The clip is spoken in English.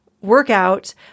workout